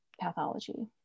pathology